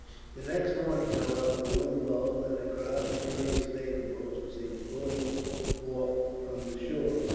the next morning, however, the wind lulled, and a crowd of curious native boats were seen putting off from the shore.